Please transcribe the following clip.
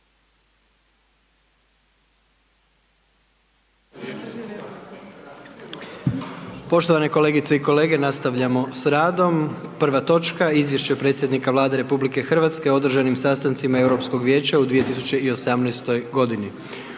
Poštovane kolegice i kolege, nastavljamo sa radom. Prva točka: - Izvješće predsjednika Vlade Republike Hrvatske o održanim sastancima Europskog vijeća u 2018. godini